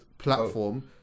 platform